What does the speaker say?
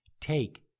Take